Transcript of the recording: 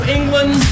England